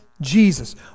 Jesus